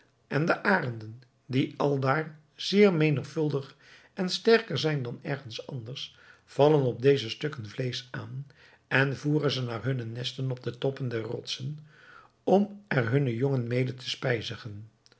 en de arenden die aldaar zeer menigvuldig en sterker zijn dan ergens elders vallen op dezen stukken vleesch aan en voeren ze naar hunne nesten op de toppen der rotsen om er hunne jongen mede te spijzigen